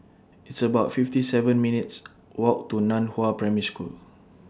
It's about fifty seven minutes' Walk to NAN Hua Primary School